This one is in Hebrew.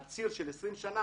על ציר של 20 שנים,